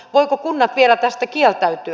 voivatko kunnat vielä tästä kieltäytyä